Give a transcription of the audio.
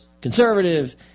conservative